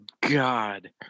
God